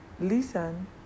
listen